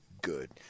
good